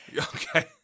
Okay